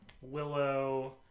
Willow